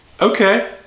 Okay